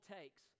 Takes